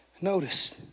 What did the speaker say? Notice